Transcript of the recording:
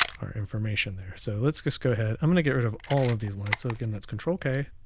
information there. so let's just go ahead. i'm gonna get rid of all of these lines. so again, that's control k,